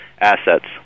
assets